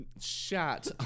shat